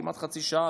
כמעט חצי שעה,